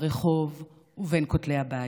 ברחוב ובין כותלי הבית,